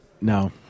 No